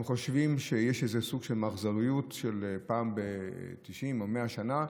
הם חושבים שיש איזה סוג של מחזוריות של פעם ב-90 עד 100 שנה.